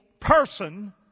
person